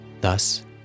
thus